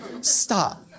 Stop